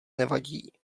nevadí